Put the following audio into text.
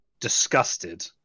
disgusted